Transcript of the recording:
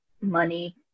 money